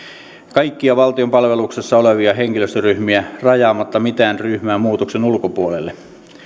kaikkia valtion palveluksessa olevia henkilöstöryhmiä rajaamatta mitään ryhmää muutoksen ulkopuolelle